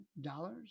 dollars